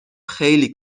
خیلی